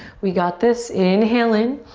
we got this, inhale in.